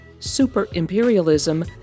Super-Imperialism